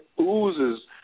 oozes